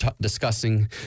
discussing